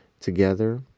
together